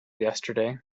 yesterday